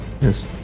Yes